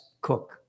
cook